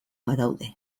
badaude